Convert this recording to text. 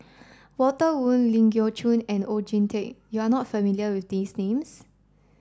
Walter Woon Ling Geok Choon and Oon Jin Teik you are not familiar with these names